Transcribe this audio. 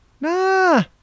nah